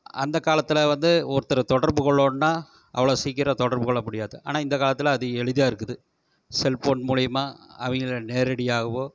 அந்த காலத்துல வந்து ஒருத்தர தொடர்பு கொள்ளணுன்னா அவ்வளோ சீக்கிரம் தொடர்பு கொள்ள முடியாது ஆனால் இந்த காலத்தில் அது எளிதாக இருக்குது செல் ஃபோன் மூலயமா அவங்கள நேரடியாகவோ